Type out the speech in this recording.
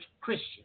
Christian